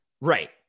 Right